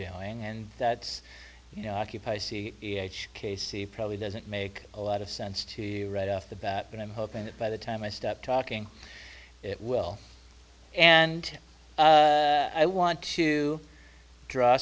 doing and that's you know occupy c e h k c probably doesn't make a lot of sense to you right off the bat but i'm hoping that by the time i step talking it will and i want to draw